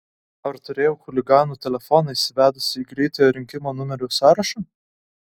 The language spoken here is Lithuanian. ar turėjau chuliganų telefoną įsivedusi į greitojo rinkimo numerių sąrašą